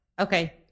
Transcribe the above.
Okay